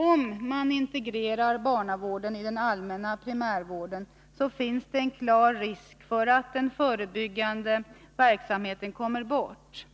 Om barnavården integreras i den allmänna primärvården, finns det en klar risk för att den förebyggande verksamheten kommer bort.